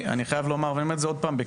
אני אומר בכאב,